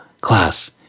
class